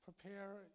prepare